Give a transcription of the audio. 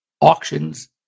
auctions